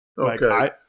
Okay